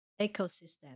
Ecosystem